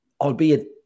albeit